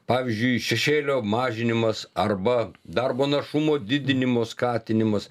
pavyzdžiui šešėlio mažinimas arba darbo našumo didinimas skatinimas